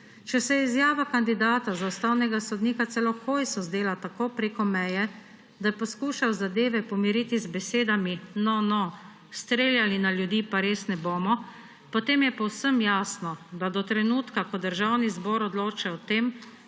se je izjava kandidata za ustavnega sodnika celo Hojsu zdela tako preko meje, da je poskušal zadeve pomiriti z besedami, »no, no, streljali na ljudi pa res ne bomo«, potem je povsem jasno, da do trenutka, ko Državni zbor odloča o tem,